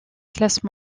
classe